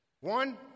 One